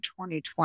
2020